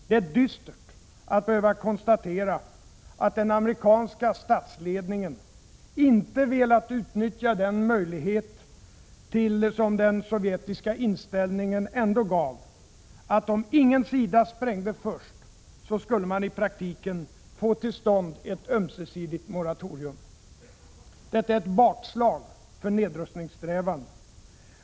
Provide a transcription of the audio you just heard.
Det är dystert att behöva konstatera att den amerikanska statsledningen inte velat utnyttja den möjlighet som den sovjetiska inställningen ändå gav — att om ingen sida sprängde först, så skulle man i praktiken få till stånd ett ömsesidigt moratorium. Detta är ett bakslag för nedrustningssträvandena.